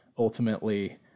Ultimately